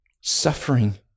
suffering